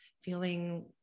feeling